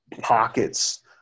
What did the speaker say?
pockets